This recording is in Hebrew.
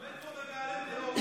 עומד פה ומהלל טרור.